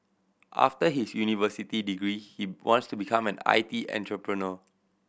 after his university degree he wants to become an I T entrepreneur